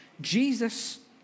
Jesus